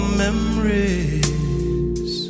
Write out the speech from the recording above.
memories